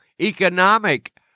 economic